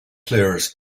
players